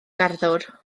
garddwr